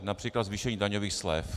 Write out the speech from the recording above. Například zvýšení daňových slev.